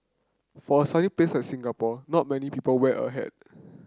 for a sunny place like Singapore not many people wear a hat